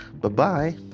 Bye-bye